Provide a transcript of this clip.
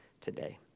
today